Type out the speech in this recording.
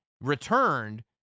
returned